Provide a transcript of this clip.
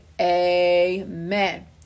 Amen